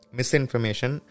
Misinformation